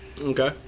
Okay